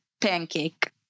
pancake